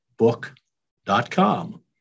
book.com